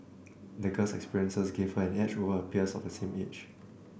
the girl's experiences gave her an edge over her peers of the same age